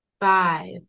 Five